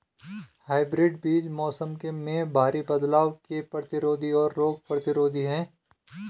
hybrid बीज मौसम में भारी बदलाव के प्रतिरोधी और रोग प्रतिरोधी हैं